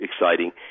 exciting